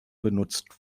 benutzt